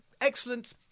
excellent